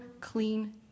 clean